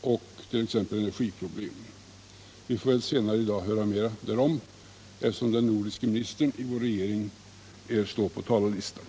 och beträffande t.ex. energiproblemen. Vi får väl senare i dag höra mer därom, eftersom den nordiske ministern i vår regering står på talarlistan.